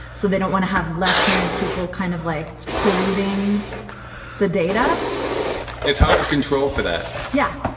so they don't want to have lefthanded people kind of like polluting the data it's hard to control for that yeah,